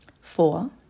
Four